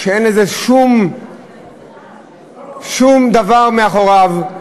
ואין שום דבר מאחורי זה.